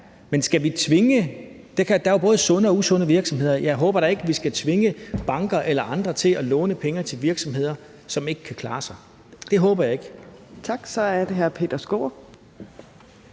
Men skal vi bruge tvang? Der er jo både sunde og usunde virksomheder. Jeg håber da ikke, vi skal tvinge banker eller andre til at låne penge ud til virksomheder, som ikke kan klare sig. Det håber jeg ikke. Kl. 16:37 Fjerde